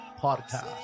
Podcast